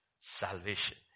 Salvation